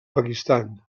pakistan